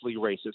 racist